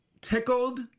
tickled